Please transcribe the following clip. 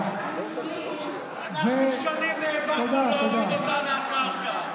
אנחנו שנים נאבקנו להוריד אותם מהקרקע.